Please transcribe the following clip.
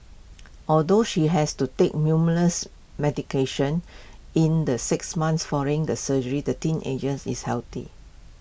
although she has to take numerous medications in the six months following the surgery the teenagers is healthy